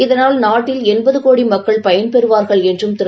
இதனால் நாட்டில் எண்பது கோடி மக்கள் பயன் பெறுவார்கள் என்று திரு